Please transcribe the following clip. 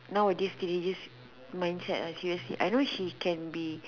nowadays teenagers mindset ah seriously I know she can be